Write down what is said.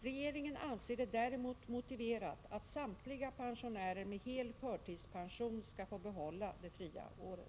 Regeringen anser det däremot motiverat att samtliga pensionärer med hel förtidspension skall få behålla det fria året.